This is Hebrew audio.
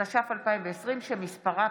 התש"ף 2020, שמספרה